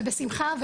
ובשמחה,